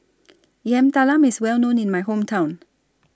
Yam Talam IS Well known in My Hometown